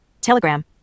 Telegram